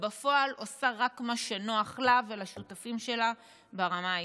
ובפועל עושה רק מה שנוח לה ולשותפים שלה ברמה האישית.